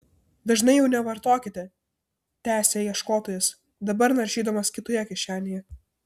dažnai jų nevartokite tęsė ieškotojas dabar naršydamas kitoje kišenėje